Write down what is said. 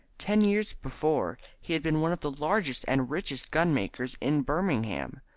ten years before he had been one of the largest and richest gunmakers in birmingham,